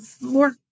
more